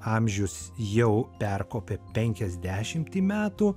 amžius jau perkopė penkiasdešimtį metų